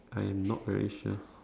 I am not very sure